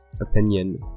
opinion